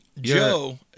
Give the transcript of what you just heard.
Joe